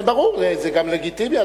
ברור, זה גם לגיטימי.